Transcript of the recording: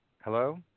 Hello